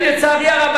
אז לצערי הרב,